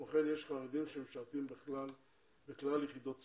כמו כן יש חרדים שמשרתים בכלל יחידות צה"ל.